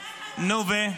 נו, ו-?